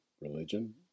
religion